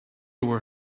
were